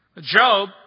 Job